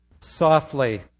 softly